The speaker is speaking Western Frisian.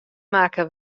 makke